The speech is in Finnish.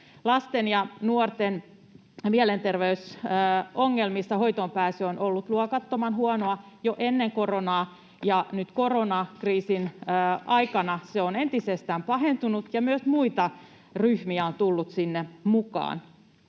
Lasten ja nuorten mielenterveysongelmissa hoitoon pääsy on ollut luokattoman huonoa jo ennen koronaa, ja nyt koronakriisin aikana se on entisestään pahentunut, ja myös muita ryhmiä on tullut sinne mukaan.